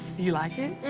do you like it?